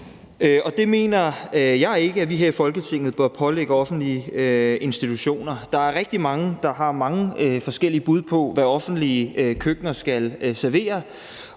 Det mener jeg ikke at vi her i Folketinget bør pålægge offentlige institutioner. Der er rigtig mange, der har mange forskellige bud på, hvad offentlige køkkener skal servere,